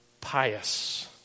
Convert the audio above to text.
pious